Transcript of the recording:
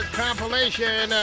compilation